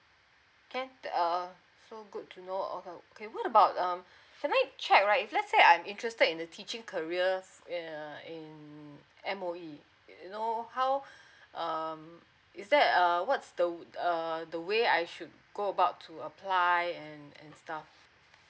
can err so good to know oh okay what about um can I check right if let's say I'm interested in the teaching careers err in M_O_E you know how um is there a what's the err the way I should go about to apply and and stuff